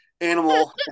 Animal